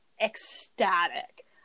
ecstatic